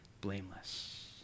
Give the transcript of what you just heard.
blameless